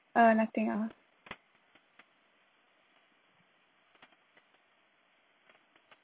uh nothing else